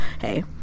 Hey